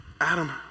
Adam